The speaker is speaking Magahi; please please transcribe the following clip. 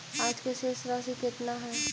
आज के शेष राशि केतना हई?